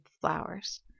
flowers